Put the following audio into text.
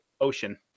ocean